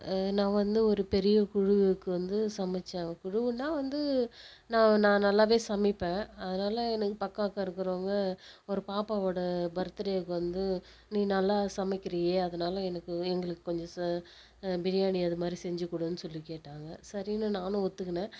நான் வந்து ஒரு பெரிய குழுவுக்கு வந்து சமைத்தேன் குழுவுன்னால் வந்து நான் நான் நல்லாவே சமைப்பேன் அதனால எனக்கு பக்கம் அக்கம் இருக்கிறவங்க ஒரு பாப்பாவோட பர்த் டேக்கு வந்து நீ நல்லா சமைக்கிறியே அதனால எனக்கு கொஞ்சம் ச பிரியாணி அதுமாதிரி எங்களுக்கு செஞ்சு கொடுன்னு சொல்லி கேட்டாங்க சரின்னு நானும் ஒத்துகினே